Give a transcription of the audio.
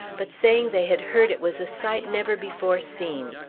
but saying they had heard it was a sight never before seen.